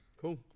Cool